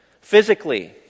physically